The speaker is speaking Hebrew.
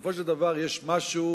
בסופו של דבר יש משהו,